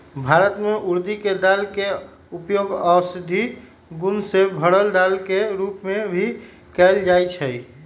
भारत में उर्दी के दाल के उपयोग औषधि गुण से भरल दाल के रूप में भी कएल जाई छई